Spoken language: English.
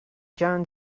john